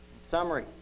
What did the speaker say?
summary